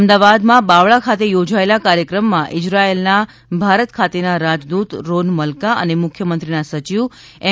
અમદાવાદમાં બાવળા ખાતે યોજાયેલા કાર્યક્રમમાં ઈઝરાયેલના ભારત ખાતેના રાજદૂત રોન મલકા અને મુખ્યમંત્રીના સચિવ એમ